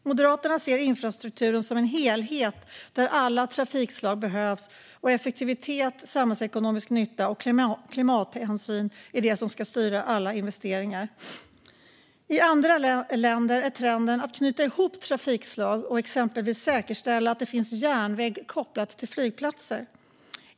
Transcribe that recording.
Moderaterna ser infrastrukturen som en helhet där alla trafikslag behövs, och effektivitet, samhällsekonomisk nytta och klimathänsyn är det som ska styra alla investeringar. I andra länder går trenden mot att knyta ihop trafikslagen och exempelvis säkerställa att det finns järnväg kopplad till flygplatser.